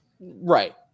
Right